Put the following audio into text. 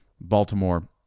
Baltimore